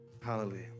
Hallelujah